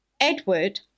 Edward